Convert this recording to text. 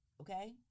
okay